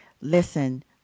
listen